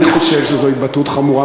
אני חושב שזו התבטאות חמורה,